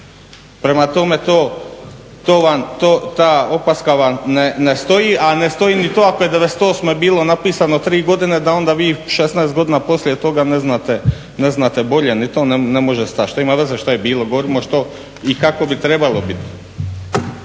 to vam, ta opaska vam ne stoji. A ne stoji ni to ako je '98. bilo napisano 3 godine da onda vi 16 godina poslije toga ne znate bolje. Ni to ne može stajati. Šta ima veze šta je bilo, govorimo što i kako bi trebalo biti.